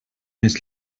més